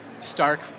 Stark